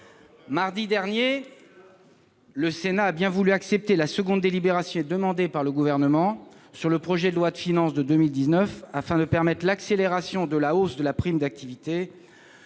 Mardi dernier, le Sénat a bien voulu accepter la seconde délibération demandée par le Gouvernement sur le projet de loi de finances pour 2019, afin de permettre l'accélération de la hausse de la prime d'activité.